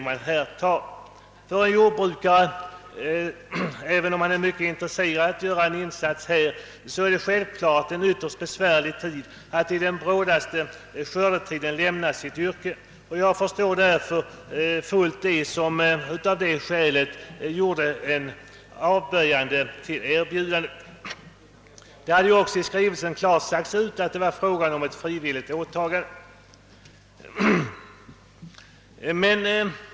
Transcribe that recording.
även om en jordbrukare är mycket intresserad av att göra en insats, är det för honom ytterst besvärligt att under den brådaste skördetiden lämna sitt yrke. Jag förstår därför dem som med denna motivering avböjde erbjudandet. I skrivelsen har det också klart sagts ut att det var fråga om ett frivilligt åtagande.